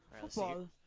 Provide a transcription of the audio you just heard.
Football